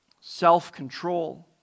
self-control